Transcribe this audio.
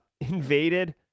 invaded